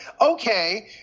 okay